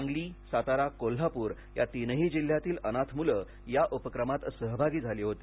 सांगली सातारा कोल्हापूर या तीनही जिल्ह्यातील अनाथ मुलं या उपक्रमात सहभागी झाली होती